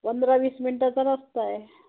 पंधरा वीस मिनटाचा रस्ता आहे